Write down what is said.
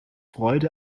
freude